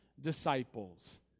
disciples